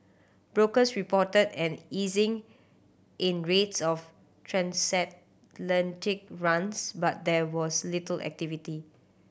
brokers reported an easing in rates of transatlantic runs but there was little activity